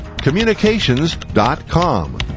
communications.com